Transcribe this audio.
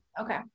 Okay